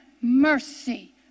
mercy